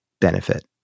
benefit